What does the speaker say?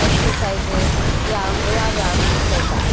exercises ह्या ह्या व्यायाम शिकयतात